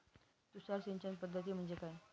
तुषार सिंचन पद्धती म्हणजे काय?